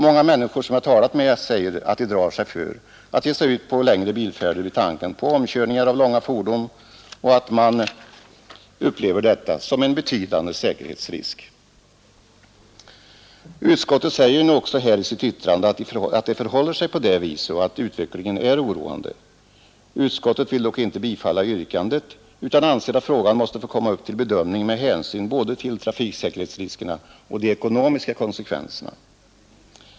Många människor som jag talat med säger att de drar sig för att ge sig ut på längre bilfärder vid tanken på omkörningar av långa fordon och att de upplever sådana omkörningar som en betydande säkerhetsrisk. Utskottet säger också i sitt yttrande att det förhåller sig på det viset och att utvecklingen är oroande. Utskottet vill dock inte bifalla yrkandet utan anser att frågan måste bli föremål för bedömning med hänsyn till både trafiksäkerhetsriskerna och de ekonomiska konsekvenserna.